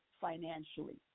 financially